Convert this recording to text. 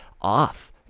off